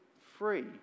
free